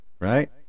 right